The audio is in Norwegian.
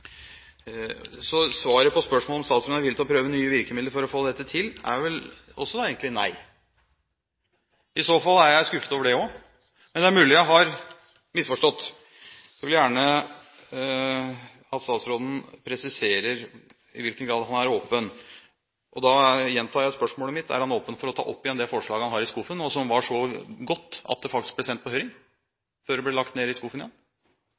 Så svaret på spørsmålet om statsråden er villig til å prøve nye virkemidler for å få dette til, er vel også egentlig nei. I så fall er jeg skuffet over det også. Men det er mulig jeg har misforstått, så jeg vil gjerne at statsråden presiserer i hvilken grad han er åpen. Da gjentar jeg spørsmålet mitt: Er han åpen for å ta opp igjen det forslaget han har i skuffen – og som var så godt at det faktisk ble sendt på høring, før det ble lagt ned i